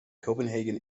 copenhagen